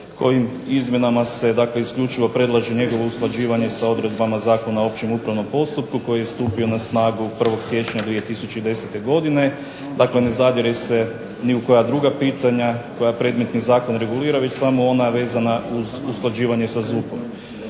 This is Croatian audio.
kojim izmjenama se dakle isključivo predlaže njegovo usklađivanje s odredbama Zakona o općem upravnom postupku koji je stupio na snagu 1. siječnja 2010. godine. Dakle, ne zadire se ni u koja druga pitanja koja predmetnim zakon reguliraju već samo ona vezana uz usklađivanje sa ZUP-om.